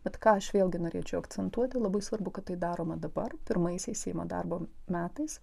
bet ką aš vėlgi norėčiau akcentuoti labai svarbu kad tai daroma dabar pirmaisiais seimo darbo metais